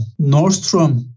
Nordstrom